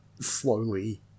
slowly